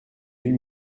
une